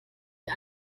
wir